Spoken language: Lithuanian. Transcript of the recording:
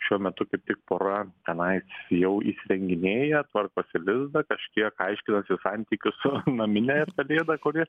šiuo metu kaip tik pora tenais jau įsirenginėja tvarkosi lizdą kažkiek aiškinasi santykius su namine pelėda kuri